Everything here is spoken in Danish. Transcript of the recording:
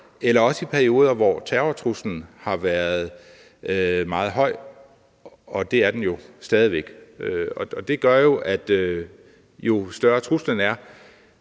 eller også i perioder, hvor terrortruslen har været meget stor – og det er den jo stadig væk. Det gør, at jo større truslen er,